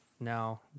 now